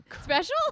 Special